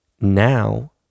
now